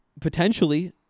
Potentially